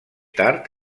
tard